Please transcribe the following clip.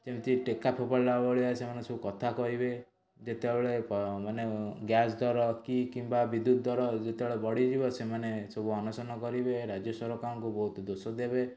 ଯେମିତି ଟେକା ଫୋପାଡ଼ିଲା ଭଳିଆ ସେମାନେ ସବୁକଥା କହିବେ ଯେତେବେଳେ ମାନେ ଗ୍ୟାସ୍ ଦର କି କିମ୍ବା ବିଦ୍ୟୁତ୍ ଦର ଯେତେବେଳେ ବଢ଼ିଯିବ ସେମାନେ ସବୁ ଅନଶନ କରିବେ ରାଜ୍ୟ ସରକାରଙ୍କୁ ବହୁତ ଦୋଷଦେବେ